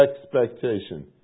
expectation